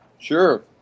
Sure